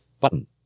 button